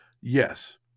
Yes